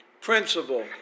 Principle